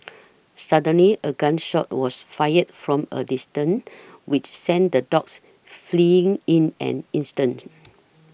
suddenly a gun shot was fired from a distance which sent the dogs fleeing in an instant